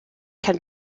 can